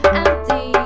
empty